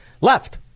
left